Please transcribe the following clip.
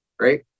right